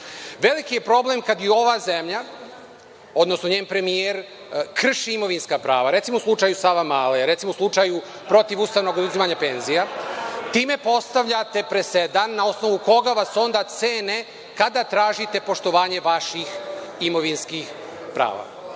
je problem kada i ova zemlja, odnosno njen premijer krši imovinska prava. Recimo, u slučaju Savamale, u slučaju protivustavnog uzimanja penzija. Time postavljate presedan na osnovu koga vas onda cene kada tražite poštovanje vaših imovinskih prava.